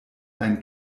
einen